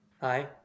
Hi